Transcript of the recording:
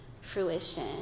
fruition